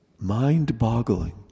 mind-boggling